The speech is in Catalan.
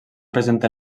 presenta